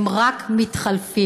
הם רק מתחלפים.